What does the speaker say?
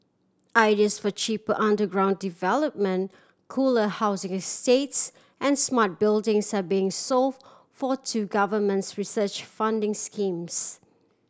ideas for cheaper underground development cooler housing estates and smart buildings are being sought for two governments research funding schemes